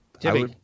Jimmy